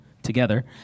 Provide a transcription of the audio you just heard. together